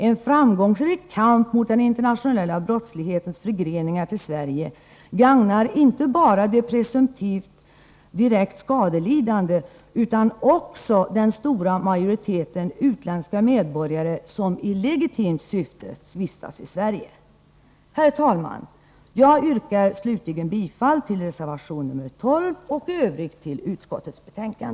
En framgångsrik kamp mot den internationella brottslighetens förgreningar till Sverige gagnar inte bara de presumtivt skadelidande utan också den stora majoriteten utländska medborgare som i legitimt syfte vistas i Sverige. Herr talman! Jag yrkar bifall till reservation nr 12 och i övrigt till utskottets hemställan.